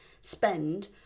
spend